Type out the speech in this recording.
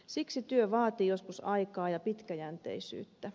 siksi työ vaatii joskus aikaa ja pitkäjänteisyyttä